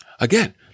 Again